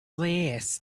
last